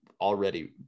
already